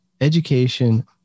Education